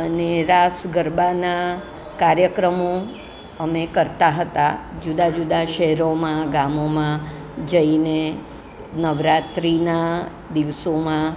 અને રાસ ગરબાના કાર્યક્રમો અમે કરતા હતા જુદા જુદા શહેરોમાં ગામોમાં જઈને નવરાત્રીના દિવસોમાં